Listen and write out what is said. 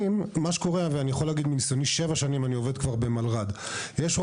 אני עובד שבע שנים במלר"ד ואני יכול להגיד מניסיוני.